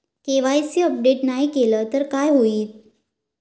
KYC update नाय केलय तर काय होईत?